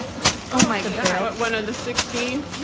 oh my god. one of the sixteen? yeah